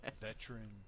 veteran